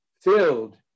filled